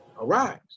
Arise